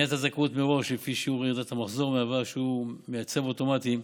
בניית הזכאות מראש לפי שיעור ירידת המחזור מהווה "מייצב אוטומטי",